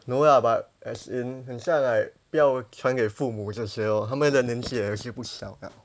no lah but as in 很像 like 不要传给父母这些咯他们的年纪也不小了